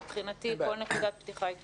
מבחינתי כל נקודת פתיחה היא טובה.